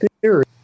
theory